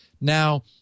Now